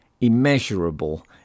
immeasurable